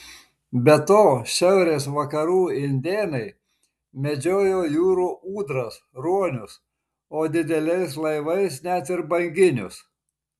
be to šiaurės vakarų indėnai medžiojo jūrų ūdras ruonius o dideliais laivais net ir banginius